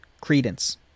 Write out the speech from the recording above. Credence